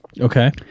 Okay